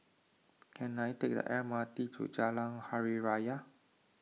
can I take the M R T to Jalan Hari Raya